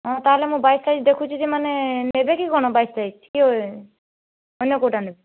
ମୁଁ ତା'ହେଲେ ମୁଁ ବାଇଶ ସାଇଜ୍ ଦେଖୁଛି ଯେ ମାନେ ନେବେ କି କ'ଣ ବାଇଶ ସାଇଜ୍ କି ଅନ୍ୟ କେଉଁଟା ନେବେ